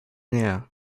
nie